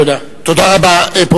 תודה רבה.